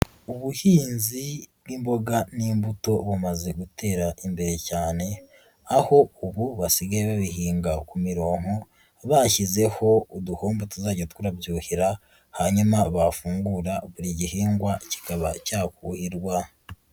Ubuhinzi bw'imboga n'imbuto bumaze gutera imbere cyane aho ubu basigaye babihinga ku mirongo bashyizeho uduhomba tuzajya tunabyuhira hanyuma bafungura buri gihingwa kikaba cyakuhirwa.